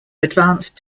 advanced